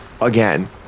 again